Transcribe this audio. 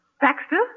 Baxter